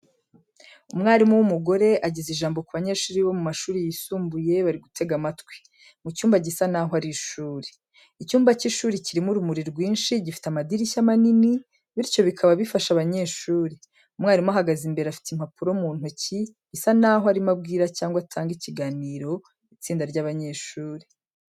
Umwarimu w'umugore ageza ijambo ku banyeshuri bo mu mashuri yisumbuye bari gutega amatwi, mu cyumba gisa n'aho ari ishuri. Icyumba cy'ishuri kirimo urumuri rwinshi gifite amadirishya manini, bityo bikaba bifasha abanyeshuri. Umwarimu ahagaze imbere afite impapuro mu ntoki, bisa n'aho arimo abwira cyangwa agatanga ikiganiro itsinda ry'abanyeshuri.